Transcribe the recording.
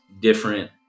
different